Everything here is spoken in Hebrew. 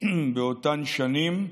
באותן שנים.